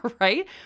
right